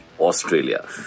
Australia